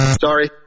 Sorry